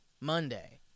Monday